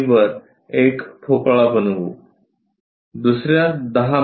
वर एक ठोकळा बनवू दुसर्या 10 मि